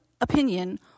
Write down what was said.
opinion